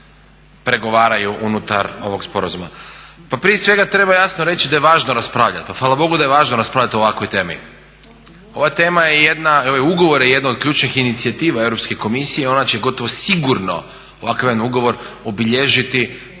pregovaraju unutar ovog sporazuma. Pa prije svega treba jasno reći da je važno raspravljati. Pa hvala Bogu da je važno raspravljati o ovakvoj temi. Ova tema je i ovaj ugovor je jedna od ključnih inicijativa Europske komisije, ona će gotovo sigurno ovakav jedan ugovor obilježiti